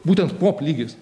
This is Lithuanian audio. būtent pop lygis